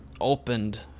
opened